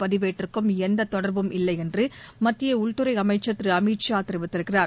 பதிவேட்டிற்கும் எந்தத் தொடர்பும் இல்லையென்று மத்திய உள்துறை அமைச்சர் திரு அமித் ஷா கூறியிருக்கிறார்